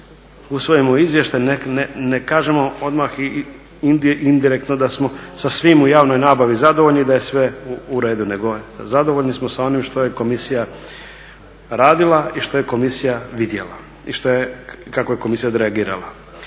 usvojimo izvještaj ne kažemo odmah indirektno da smo sa svim u javnoj nabavi zadovoljni i da je sve u redu, nego zadovoljni smo sa onim što je komisija radila i što je komisija vidjela, i kako je komisija odreagirala.